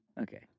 Okay